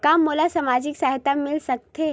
का मोला सामाजिक सहायता मिल सकथे?